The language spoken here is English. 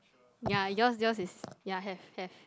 ya yours yours is ya have have